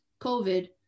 COVID